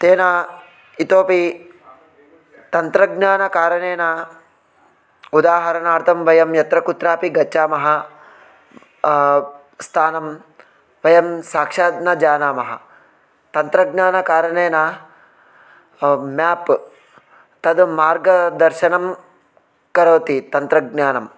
तेन इतोपि तन्त्रज्ञानकारणेन उदाहरणार्थं वयं यत्र कुत्रापि गच्छामः स्थानं वयं साक्षात् न जानीमः तन्त्रज्ञानकारणेन मेप् तत् मार्गदर्शनं करोति तन्त्रज्ञानं